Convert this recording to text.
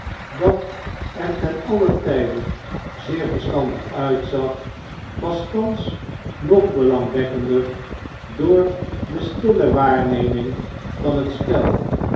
dat er ten allen tijde zeer verstandig uitzag was thans nog belangwekkender door de stille waarneming van het spel